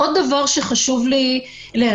עוד דבר שחשוב לי להשלים,